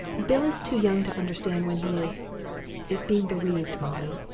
bill is too young to understand when he is is being bereaved, molly,